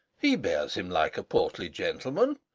he bears him like a portly gentleman